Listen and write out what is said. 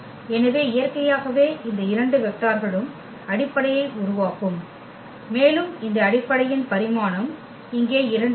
எனவே இயற்கையாகவே இந்த இரண்டு வெக்டார்களும் அடிப்படையை உருவாக்கும் மேலும் இந்த அடிப்படையின் பரிமாணம் இங்கே இரண்டு இருக்கும்